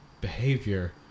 behavior